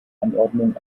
anordnungen